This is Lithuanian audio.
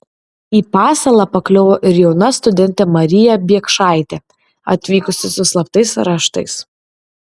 į pasalą pakliuvo ir jauna studentė marija biekšaitė atvykusi su slaptais raštais